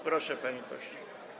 Proszę, panie pośle.